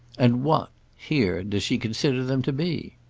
and what here' does she consider them to be?